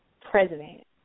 president